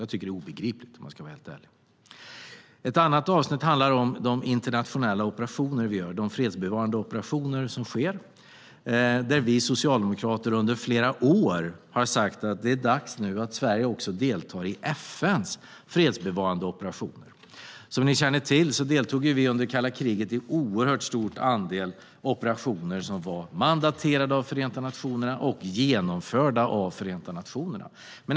Jag tycker att det är obegripligt, om jag ska vara helt ärlig. Ett annat avsnitt handlar om de internationella fredsbevarande operationer vi deltar i. Vi socialdemokrater har under flera år sagt att det är dags att Sverige också deltar i FN:s fredsbevarande operationer. Som ni känner till deltog vi under kalla kriget i en oerhört stor andel operationer som var mandaterade av Förenta nationerna och genomförda av Förenta nationerna.